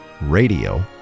radio